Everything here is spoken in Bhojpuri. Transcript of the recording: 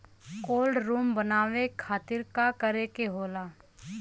कोल्ड रुम बनावे खातिर का करे के होला?